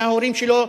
מההורים שלו,